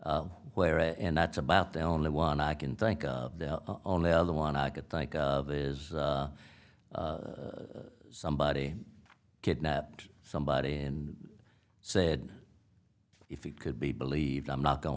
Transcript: layer and that's about the only one i can think of the only other one i could think of is somebody kidnapped somebody in said if you could be believed i'm not going to